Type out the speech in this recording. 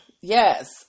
yes